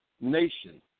nation